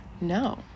no